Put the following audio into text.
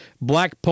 Black